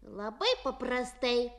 labai paprastai